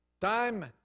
Time